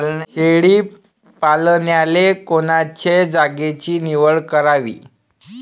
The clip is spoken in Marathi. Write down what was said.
शेळी पालनाले कोनच्या जागेची निवड करावी?